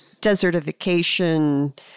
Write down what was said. desertification